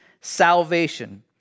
salvation